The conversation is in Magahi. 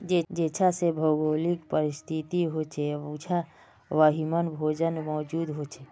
जेछां जे भौगोलिक परिस्तिथि होछे उछां वहिमन भोजन मौजूद होचे